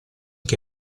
che